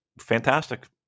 fantastic